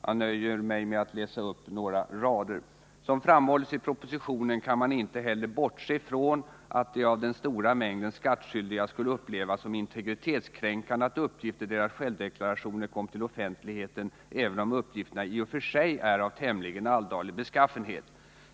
Jag nöjer mig med att läsa upp några rader: ”Som framhållits i propositionen kan man inte heller bortse från att det av den stora mängden skattskyldiga skulle upplevas som integritetskränkande att uppgifter i deras självdeklarationer kom till offentligheten, även om uppgifterna i och för sig är av tämligen alldaglig beskaffenhet.